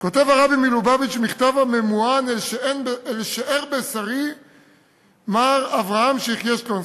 כותב הרבי מלובביץ' מכתב הממוען אל "שאר בשרי מר אברהם שיחיה שלונסקי".